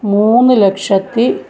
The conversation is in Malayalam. മൂന്ന് ലക്ഷത്തി